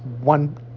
one